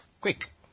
Quick